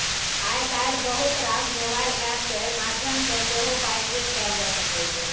आइ काल्हि बहुत रास मोबाइल एप्प केर माध्यमसँ सेहो पाइ चैक कएल जा सकै छै